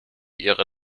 ihre